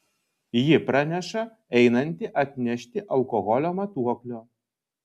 ji praneša einanti atnešti alkoholio matuoklio